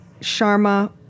Sharma